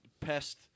pest